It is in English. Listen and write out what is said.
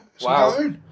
Wow